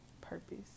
purpose